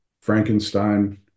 frankenstein